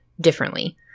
differently